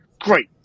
great